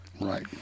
Right